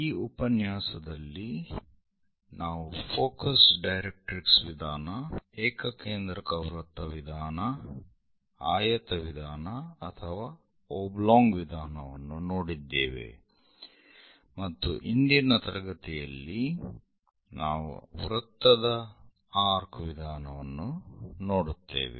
ಈ ಉಪನ್ಯಾಸದಲ್ಲಿ ನಾವು ಫೋಕಸ್ ಡೈರೆಕ್ಟ್ರಿಕ್ಸ್ ವಿಧಾನ ಏಕಕೇಂದ್ರಕ ವೃತ್ತ ವಿಧಾನ ಆಯತ ವಿಧಾನ ಅಥವಾ ಒಬ್ಲೊಂಗ್ ವಿಧಾನವನ್ನು ನೋಡಿದ್ದೇವೆ ಮತ್ತು ಇಂದಿನ ತರಗತಿಯಲ್ಲಿ ನಾವು ವೃತ್ತದ ಆರ್ಕ್ ವಿಧಾನವನ್ನು ನೋಡುತ್ತೇವೆ